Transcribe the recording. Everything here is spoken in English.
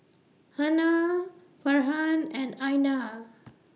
Hana Farhan and Aina